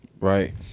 Right